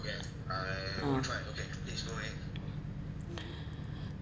uh